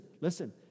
listen